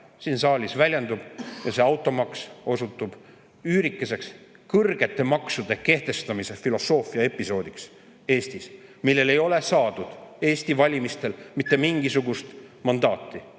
enamuse tahe. See automaks osutub üürikeseks kõrgete maksude kehtestamise filosoofia episoodiks Eestis, millele ei ole saadud Eesti valimistel mitte mingisugust mandaati.